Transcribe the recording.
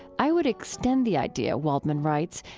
i would extend the idea, waldman writes,